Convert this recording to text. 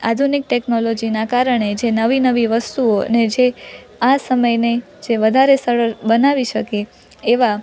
આધુનિક ટેક્નોલોજીનાં કારણે જે નવી નવી વસ્તુઓ અને જે આ સમયને જે વધારે સરળ બનાવી શકે એવા